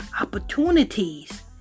opportunities